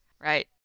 right